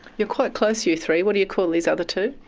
you're quite close you three. what do you call these other two?